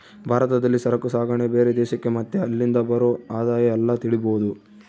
ಭಾರತದಲ್ಲಿ ಸರಕು ಸಾಗಣೆ ಬೇರೆ ದೇಶಕ್ಕೆ ಮತ್ತೆ ಅಲ್ಲಿಂದ ಬರೋ ಆದಾಯ ಎಲ್ಲ ತಿಳಿಬೋದು